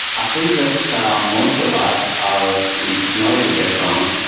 ah think that so um most of us are in technology background,